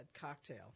cocktail